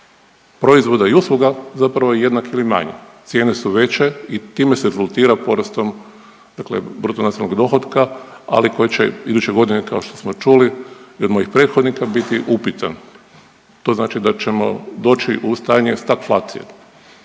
proizvoda i usluga zapravo je jednak ili manji, cijene su veće i time se rezultira porastom dakle BDP-a, ali koje će iduće godine kao što smo čuli i od mojih prethodnika biti upitan. To znači da ćemo doći u stanje stagflacije,